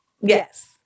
Yes